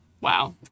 Wow